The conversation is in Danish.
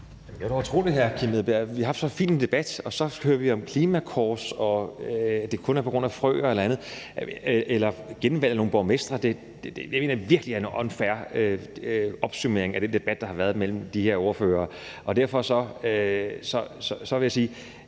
hvor er det utroligt, hr. Kim Edberg Andersen. Vi har haft så fin en debat, og så hører vi om klimakors, og at det kun er på grund af frøer eller genvalg af nogle borgmestre. Det mener jeg virkelig er en unfair opsummering af den debat, der har været mellem de her ordførere. Jeg vil sige,